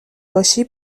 باشی